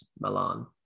Milan